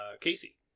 Casey